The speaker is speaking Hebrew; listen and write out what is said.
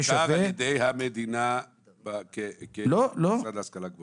שווה" --- שמוכר על ידי המדינה כמוסד להשכלה גבוהה.